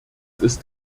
ist